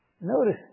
Notice